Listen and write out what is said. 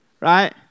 Right